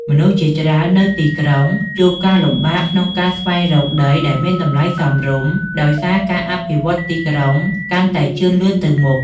មនុស្សជាច្រើននៅទីក្រុង ជួបការលំបាកក្នុងការស្វែងរកដីដែលមានតម្លៃសមរម្យ ដោយសារការអភិវឌ្ឍទីក្រុងកាន់តែជឿនលឿនទៅមុខ។